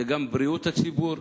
זה גם בריאות הציבור.